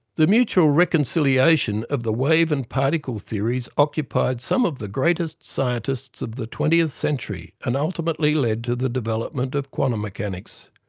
the mutual reconciliation of the wave and particle theories occupied some of the greatest scientists of the twentieth century and ultimately led to the development of quantum mechanics.